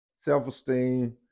self-esteem